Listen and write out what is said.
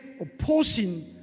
opposing